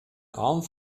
arm